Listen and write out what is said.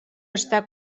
està